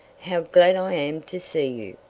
how glad i am to see you!